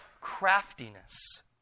craftiness